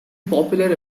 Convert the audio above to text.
popular